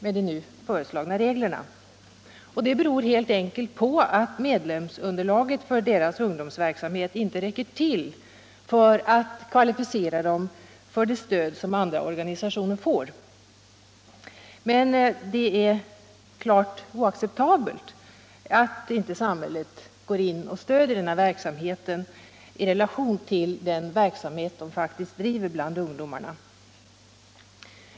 Detta beror helt enkelt på att medlemsunderlaget för de här organisationernas ungdomsverksamhet inte räcker till för att kvalificera dem till det stöd som andra organisationer får. Det är klart oacceptabelt att samhället inte går in och stöder denna verksamhet i relation till det arbete som de faktiskt bedriver bland ungdomarna.